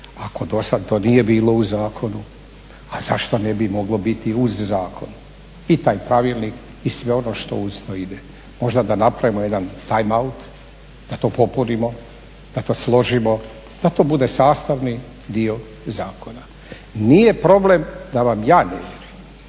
ako dosad to nije bilo u zakona, a zašto ne bi moglo biti uz zakon. I taj pravilnik i sve ono što uz to ide. Možda da napravimo jedan timeout da to popunimo, da to složimo, da to bude sastavni dio zakona. Nije problem da vam ja ne vjerujem,